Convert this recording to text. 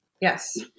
Yes